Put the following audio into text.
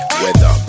weather